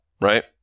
right